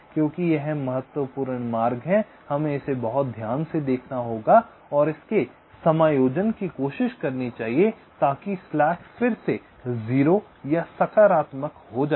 क्योंकि यह महत्वपूर्ण मार्ग है हमें इसे बहुत ध्यान से देखना होगा और इसके समायोजन की कोशिश करनी चाहिए ताकि स्लैक फिर से 0 या सकारात्मक हो जाए